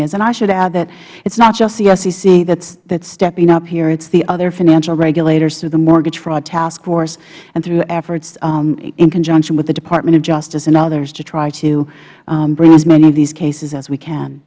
is and i should add that it is not just the sec that is stepping up here it's the other financial regulators through the mortgage fraud task force and through efforts in conjunction with the department of justice and others to try to bring as many of these cases as we can